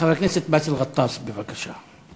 חבר הכנסת באסל גטאס, בבקשה.